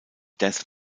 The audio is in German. death